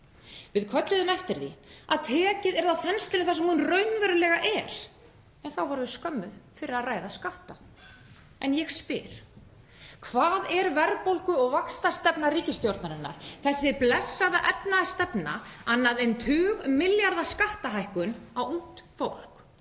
Við kölluðum eftir því að tekið yrði á þenslunni þar sem hún raunverulega er og þá vorum við skömmuð fyrir að ræða skatta. En ég spyr: Hvað er verðbólgu- og skattstefna ríkisstjórnarinnar, þessi blessaða efnahagsstefna, annað en tugmilljarða skattahækkun á ungt fólk